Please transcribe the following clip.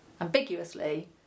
ambiguously